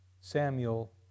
Samuel